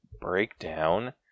breakdown